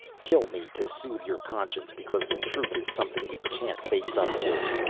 kill me to soothe your conscience, because the truth is something you can't face up to.